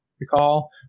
recall